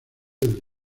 del